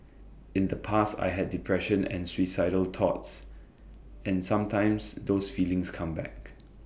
in the past I had depression and suicidal thoughts and sometimes those feelings come back